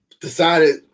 decided